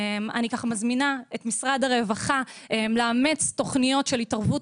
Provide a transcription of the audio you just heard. אני מזמינה את משרד הרווחה לאמץ תוכניות של התערבות